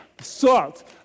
salt